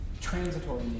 transitory